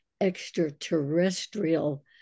extraterrestrial